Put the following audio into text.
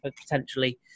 potentially